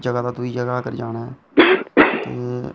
इक जगह् दा दूई जगह जाना ऐ ते